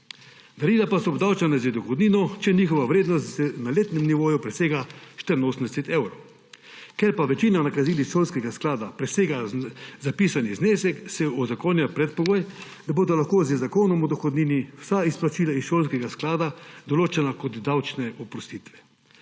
Darila pa so obdavčene z dohodnino, če njihova vrednost na letnem nivoju presega 84 evrov. Ker pa večina nakazil iz šolskega sklada presega zapisani znesek, se uzakonja predpogoj, da se bodo lahko z Zakonom o dohodnini vsa izplačila iz šolskega sklada določala kot davčne oprostitve.